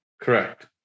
Correct